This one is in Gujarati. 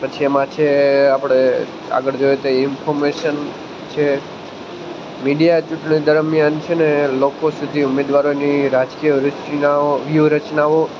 પછી એમાં છે આપણે આગળ જોઈએ તો ઇન્ફોર્મેશન છે મીડિયા ચૂંટણી દરમ્યાન છેને લોકો સુધી ઉમેદવારોની રાજકીય રચનાઓ વ્યૂહરચનાઓ